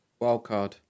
Wildcard